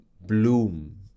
bloom